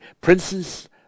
princes